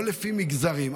לא לפי מגזרים.